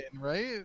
right